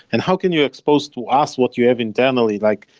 and how can you expose to us what you have internally? like,